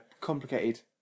complicated